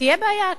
תהיה בעיה,